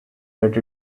that